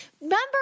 Remember